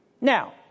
Now